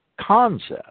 concept